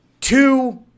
two